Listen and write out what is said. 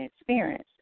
experience